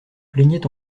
plaignait